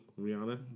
Rihanna